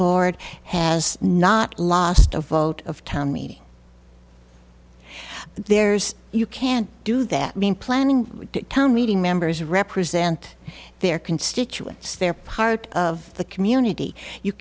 board has not lost a vote of town meeting there's you can't do that mean planning town meeting members represent their constituents they're part of the community you